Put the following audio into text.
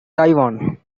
taiwan